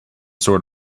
sort